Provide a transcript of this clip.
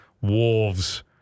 Wolves